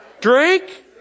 drink